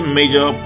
major